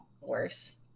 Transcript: worse